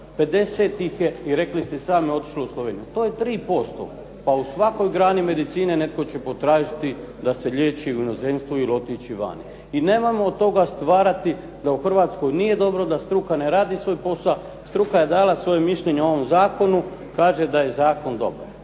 50 ih je, rekli ste i sami, otišlo u Sloveniju. To je 3%. Pa u svakoj grani medicine netko će potražiti da se liječi u inozemstvu ili otići van. I nemojmo od toga stvarati da u Hrvatskoj nije dobro, da struka ne radi svoj posao. Struka je dala svoje mišljenje o ovom zakonu. Kaže da je zakon dobar.